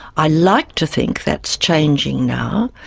i like to think that's changing now,